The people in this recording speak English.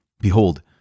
Behold